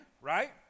right